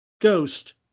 ghost